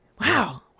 wow